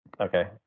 Okay